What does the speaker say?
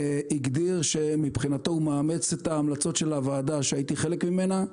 הגדיר שמבחינתו הוא מאמץ את המלצות הוועדה שהייתי חלק ממנה,